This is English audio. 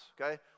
okay